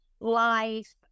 life